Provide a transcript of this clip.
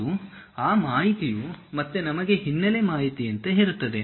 ಮತ್ತು ಆ ಮಾಹಿತಿಯು ಮತ್ತೆ ನಮಗೆ ಹಿನ್ನೆಲೆ ಮಾಹಿತಿಯಂತೆ ಇರುತ್ತದೆ